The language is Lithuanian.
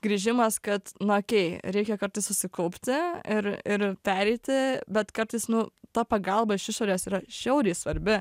grįžimas kad nu okei reikia kartais susikaupti ir ir pereiti bet kartais nu ta pagalba iš išorės yra žiauriai svarbi